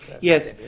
yes